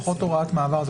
זה פחות הוראת מעבר,